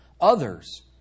others